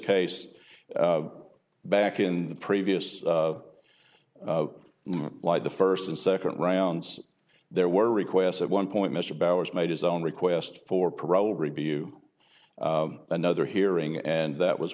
case back in the previous like the first and second rounds there were requests at one point mr bowers made his own request for parole review another hearing and that was